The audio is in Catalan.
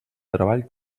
treball